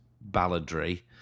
balladry